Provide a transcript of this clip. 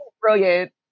brilliant